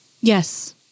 yes